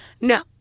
No